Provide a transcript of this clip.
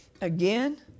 again